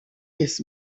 his